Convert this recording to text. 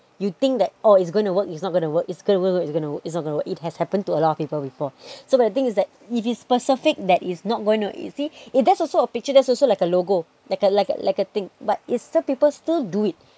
you think that oh it's gonna to work it's not gonna work it's gonna work its not gonna work it has happened to al~ lot of people before so what I think is that if it's specific that it's not going to you see if there's also a picture there's also like a logo like a like a thing but it's still people still do it